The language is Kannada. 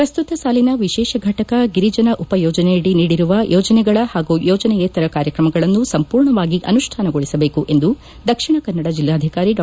ಪ್ರಸ್ತುತ ಸಾಲಿನ ವಿಶೇಷ ಘಟಕ ಗಿರಿಜನ ಉಪ ಯೋಜನೆಯಡಿ ನೀಡಿರುವ ಯೋಜನೆಗಳ ಹಾಗೂ ಯೋಜನೇತರ ಕಾರ್ಯಕ್ರಮಗಳನ್ನು ಸಂಪೂರ್ಣವಾಗಿ ಅನುಷ್ಠಾನಗೊಳಿಸಬೇಕು ಎಂದು ದಕ್ಷಿಣ ಕನ್ನಡ ಜಿಲ್ಲಾಧಿಕಾರಿ ಡಾ